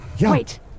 Wait